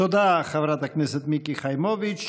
תודה, חברת הכנסת מיקי חיימוביץ'.